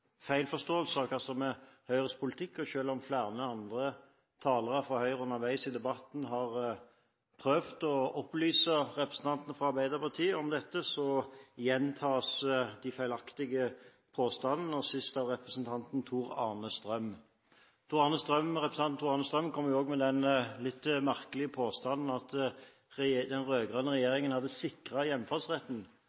feil forståelse av hva som er Høyres politikk, og selv om flere andre talere fra Høyre underveis i debatten har prøvd å opplyse representantene fra Arbeiderpartiet om dette, gjentas de feilaktige påstandene – nå sist av representanten Tor-Arne Strøm. Han kom jo også med den litt merkelige påstanden om at den